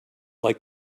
like